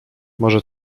może